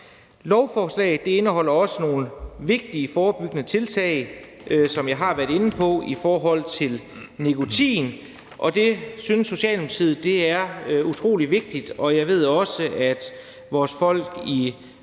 Lovforslaget indeholder også nogle vigtige forebyggende tiltag, som jeg har været inde på, i forhold til nikotin, og det synes Socialdemokratiet er utrolig vigtigt. Jeg ved også, at vores folk i